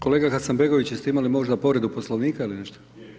Kolega Hasanbegović, jeste imali možda povredu Poslovnika ili nešto?